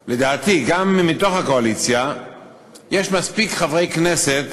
אומר שלדעתי גם בתוך הקואליציה יש מספיק חברי כנסת,